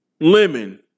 lemon